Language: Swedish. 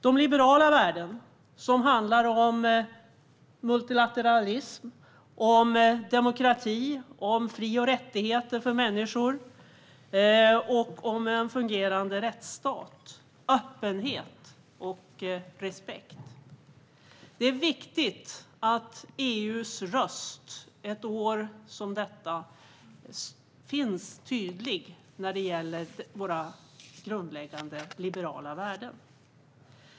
Det är liberala värden som handlar om multilateralism, demokrati, fri och rättigheter för människor, en fungerande rättsstat, öppenhet och respekt. Ett år som detta är det viktigt att EU:s röst är tydlig när det gäller våra grundläggande liberala värden.